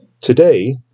Today